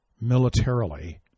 militarily